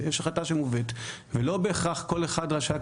יש החלטה שמובאת ולא בהכרח כל אחד שקל